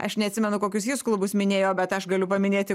aš neatsimenu kokius jis klubus minėjo bet aš galiu paminėti